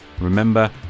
Remember